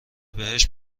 بهشت